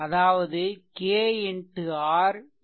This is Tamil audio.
அதாவது k R kv